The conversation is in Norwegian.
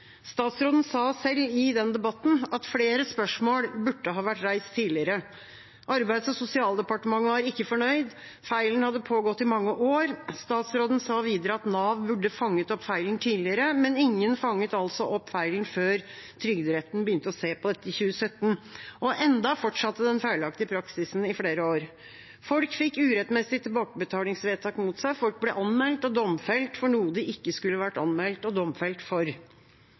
Statsråden sa selv i den debatten at flere spørsmål burde ha vært reist tidligere. Arbeids- og sosialdepartementet var ikke fornøyd. Feilen hadde pågått i mange år. Statsråden sa videre at Nav burde fanget opp feilen tidligere, men ingen fanget altså opp feilen før Trygderetten begynte å se på dette i 2017. Og enda fortsatte den feilaktige praksisen i flere år. Folk fikk urettmessige tilbakebetalingsvedtak mot seg. Folk ble anmeldt og domfelt for noe de ikke skulle vært anmeldt og domfelt for.